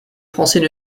français